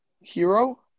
Hero